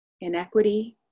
inequity